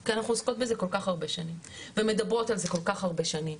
כי אנחנו עוסקות בזה כל כך הרבה שנים ומדברות על זה כל כך הרבה שנים.